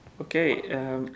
Okay